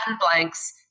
blanks